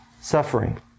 suffering